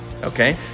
Okay